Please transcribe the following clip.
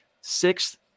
sixth